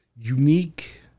unique